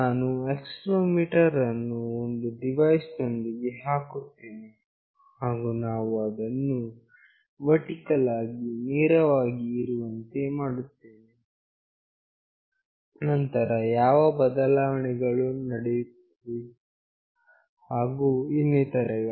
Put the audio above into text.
ನಾನು ಆಕ್ಸೆಲೆರೋಮೀಟರ್ ಅನ್ನು ಒಂದು ಡಿವೈಸ್ ನೊಂದಿಗೆ ಹಾಕುತ್ತೇನೆ ಹಾಗು ನಾವು ಅದನ್ನು ವರ್ಟಿಕಲ್ ಆಗಿ ನೇರವಾಗಿ ಇರುವಂತೆ ಮಾಡುತ್ತೇವೆ ನಂತರ ಯಾವ ಬದಲಾವಣೆಗಳು ನಡೆಯುತ್ತದೆ ಹಾಗು ಇನ್ನಿತರೆಗಳು